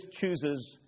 chooses